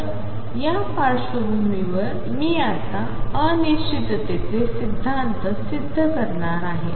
तर या पार्श्वभूमीवर मी आता अनिश्चिततेचे सिद्धांत सिद्ध करणार आहे